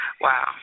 Wow